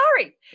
sorry